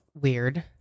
weird